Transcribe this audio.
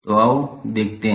तो आओ देखते हैं